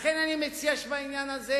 לכן בעניין הזה,